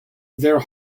their